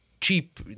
Cheap